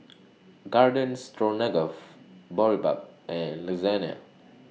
Garden Boribap and Lasagna